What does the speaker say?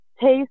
taste